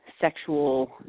sexual